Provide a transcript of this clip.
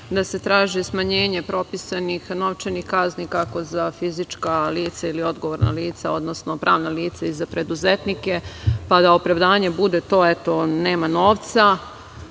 da se traži smanjenje propisanih novčanih kazni, kako za fizička lica ili odgovorna lica, odnosno pravna lica i za preduzetnike, pa da opravdanje bude to - eto, nema novca.